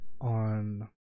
on